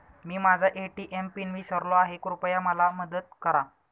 मी माझा ATM PIN विसरलो आहे, कृपया मला मदत करा